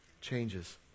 changes